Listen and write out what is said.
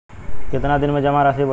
कितना दिन में जमा राशि बढ़ी?